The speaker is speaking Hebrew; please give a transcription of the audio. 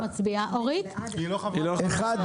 נמנעים אין החוק אושר לקריאה ראשונה.